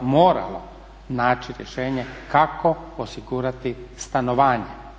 moralo naći rješenje kako osigurati stanovanje